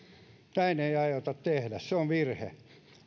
näin ei aiota tehdä se on virhe